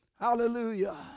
Hallelujah